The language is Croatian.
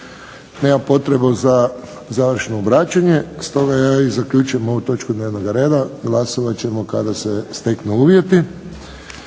nema potrebu za završno obraćanje. Stoga ja zaključujem ovu točku dnevnog reda, glasovat ćemo kada se steknu uvjeti.